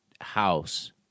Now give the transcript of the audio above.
house